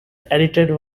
edited